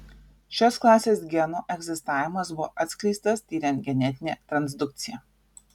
šios klasės genų egzistavimas buvo atskleistas tiriant genetinę transdukciją